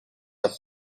the